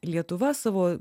lietuva savo